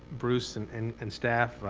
bruce and and and staff.